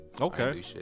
Okay